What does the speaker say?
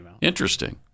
Interesting